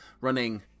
running